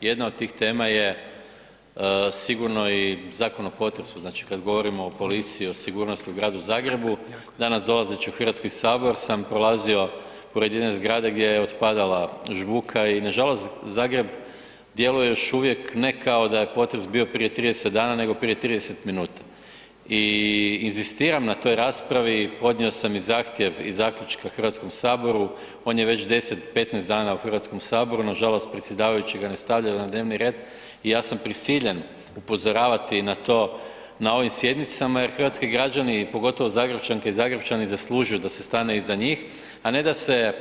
Jedna od tih tema je sigurno i Zakon o potresu, znači kad govorimo o policiji, o sigurnosti u gradu Zagrebu, danas dolazeći u Hrvatski sabor sam prolazio pored jedne zgrade gdje je otpadala žbuka i nažalost, Zagreb djeluje još uvijek ne kao da je potres bio prije 30 dana nego prije 30 minuta i inzistiram na toj raspravi, podnio sam i zahtjev iz zaključka Hrvatskom saboru, on je već 10, 15 dana u Hrvatskom saboru, nažalost predsjedavajući ga ne stavljaju na dnevni red i ja sam prisiljen upozoravati na to na ovim sjednicama jer hrvatski građani pogotovo Zagrepčanke i Zagrepčani zaslužuju da se stane iza njih a ne da se